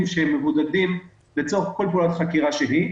שהם מבודדים לצורך כל פעולת חקירה שהיא.